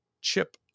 chip